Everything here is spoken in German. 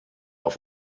auf